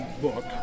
book